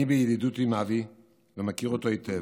אני בידידות עם אבי ומכיר אותו היטב.